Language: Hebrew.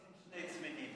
נתקבלה.